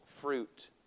fruit